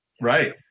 Right